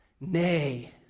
nay